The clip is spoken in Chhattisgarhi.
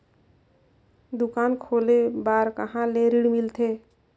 दुकान खोले बार कहा ले ऋण मिलथे?